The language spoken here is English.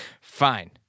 Fine